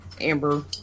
amber